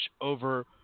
over